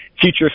future